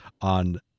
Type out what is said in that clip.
on